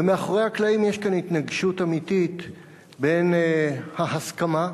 ומאחורי הקלעים יש כאן התנגשות אמיתית בין ההסכמה,